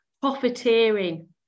profiteering